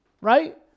right